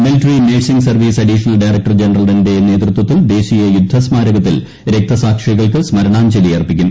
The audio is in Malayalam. military nursing service additional director ജനറലിന്റെ നേതൃത്വത്തിൽ ദേശീയ യുദ്ധസ്മാരകത്തിൽ രക്തസാക്ഷികൾക്ക് സ്മരണാഞ്ജലി അർപ്പിക്കും